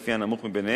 לפי הנמוך מביניהם,